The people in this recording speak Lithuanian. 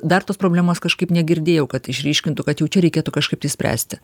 dar tos problemos kažkaip negirdėjau kad išryškintų kad jau čia reikėtų kažkaip tai spręsti